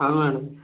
हा मॅडम